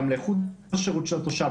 לאיכות השירות של התושב,